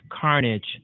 carnage